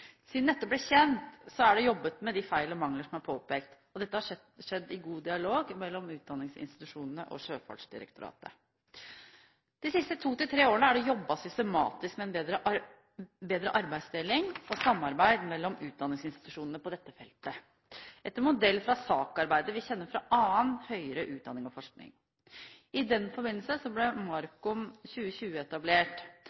Siden dette ble kjent, er det jobbet med de feil og mangler som er påpekt, og dette har skjedd i god dialog mellom utdanningsinstitusjonene og Sjøfartsdirektoratet. De siste to–tre årene er det jobbet systematisk med en bedre arbeidsdeling og samarbeid mellom utdanningsinstitusjonene på dette feltet, etter modell av SAK-arbeidet vi kjenner fra annen høyere utdanning og forskning. I den forbindelse ble